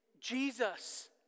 Jesus